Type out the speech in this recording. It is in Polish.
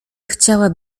chciała